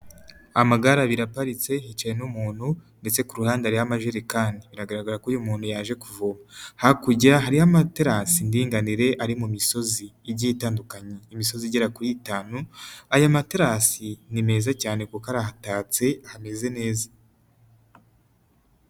Amagare abiri aparitse hicaye n'umuntu ndetse ku ruhande hariho amajerekani biragaragara ko uyu muntu yaje kuvoma, hakurya hariyo amaterasi ndinganire ari mu misozi igiye itandukanye, imisozi igera kuri itanu, aya materasi ni meza cyane kuko ara hatatse hameze neza.